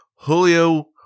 Julio